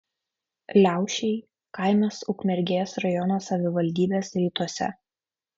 liaušiai kaimas ukmergės rajono savivaldybės rytuose